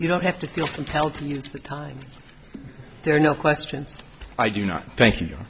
you don't have to feel compelled to use the time there are no questions i do not thank